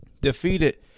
defeated